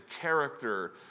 character